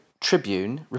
Tribune